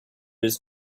his